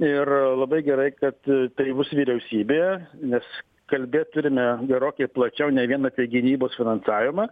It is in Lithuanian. ir labai gerai kad tai bus vyriausybėje nes kalbėt turime gerokai plačiau ne vien apie gynybos finansavimą